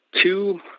two